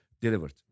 delivered